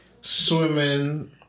swimming